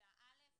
בכיתה א',